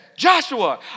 Joshua